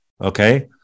okay